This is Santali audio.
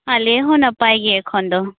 ᱟᱞᱮᱦᱚᱸ ᱱᱟᱯᱟᱭ ᱜᱮ ᱮᱠᱷᱚᱱᱫᱚ